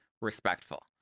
respectful